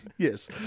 Yes